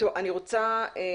יש לנו מישהו